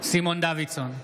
סימון דוידסון,